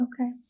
Okay